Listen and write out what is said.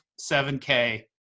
7k